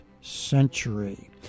century